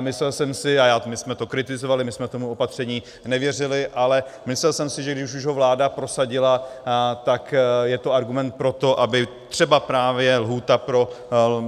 Myslel jsem si, a my jsme to kritizovali, my jsme tomu opatření nevěřili, ale myslel jsem si, že když už ho vláda prosadila, tak je to argument pro to, aby třeba právě lhůta